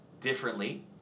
differently